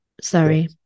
sorry